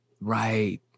Right